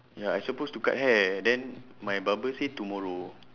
ya I suppose to cut hair and then my barber say tomorrow